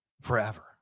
forever